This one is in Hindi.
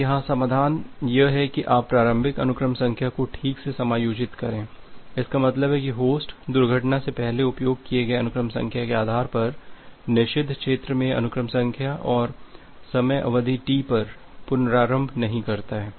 अब यहाँ समाधान यह है की आप प्रारंभिक अनुक्रम संख्या को ठीक से समायोजित करें इसका मतलब है कि होस्ट दुर्घटना से पहले उपयोग किए गए अनुक्रम संख्या के आधार पर निषिद्ध क्षेत्र में अनुक्रम संख्या और समय अवधि टी पर पुनरारंभ नहीं करता है